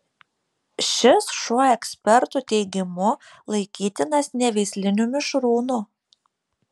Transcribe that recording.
šis šuo ekspertų teigimu laikytinas neveisliniu mišrūnu